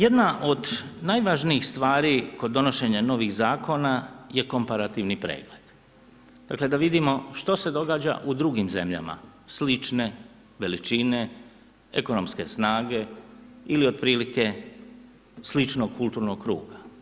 Jedna od najvažnijih stvari kod donošenja novih zakona je komparativni pregled, dakle da vidimo što se događa u drugim zemljama slične veličine, ekonomske snage ili otprilike sličnog kulturnog kruga.